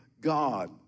God